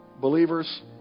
Believers